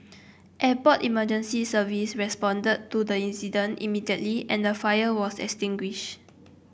Airport Emergency Service responded to the incident immediately and the fire was extinguished